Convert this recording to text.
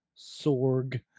Sorg